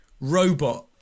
robot